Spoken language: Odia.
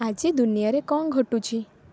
ଆଜି ଦୁନିଆରେ କ'ଣ ଘଟୁଛି